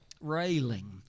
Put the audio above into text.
railing